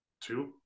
Two